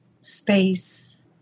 space